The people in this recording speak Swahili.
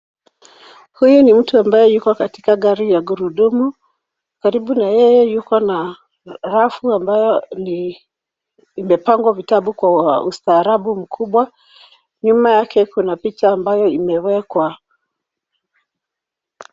Huyu ni mtu ambaye yuko katika gari ya gurudumu. Karibu na yeye yukona rafu ambayo imepangwa vitabu kwa ustaarabu mkubwa. Nyuma yake kuna picha ambayo imewekwa.